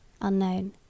unknown